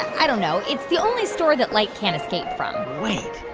i don't know. it's the only store that light can't escape from wait.